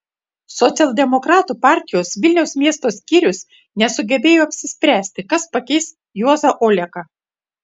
socialdemokratų partijos vilniaus miesto skyrius nesugebėjo apsispręsti kas pakeis juozą oleką